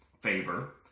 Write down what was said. favor